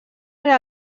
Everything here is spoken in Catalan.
era